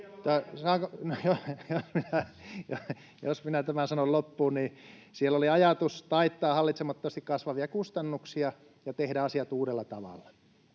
jos minä tämän sanon loppuun — eli siellä oli ajatus taittaa hallitsemattomasti kasvavia kustannuksia ja tehdä asiat uudella tavalla.